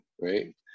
right